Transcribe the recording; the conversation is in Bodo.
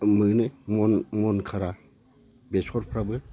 मोनो मन मनखारा बेसरफ्राबो